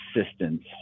assistance